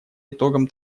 итогам